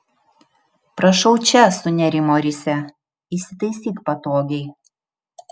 prašau čia sunerimo risia įsitaisyk patogiai